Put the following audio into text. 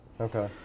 Okay